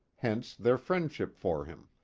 hence their friendship for him.